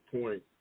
point